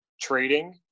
trading